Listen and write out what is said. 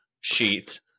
sheet